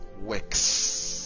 works